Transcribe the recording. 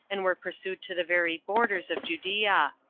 and were pursued to the very borders of judea.